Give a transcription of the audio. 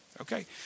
okay